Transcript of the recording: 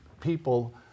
people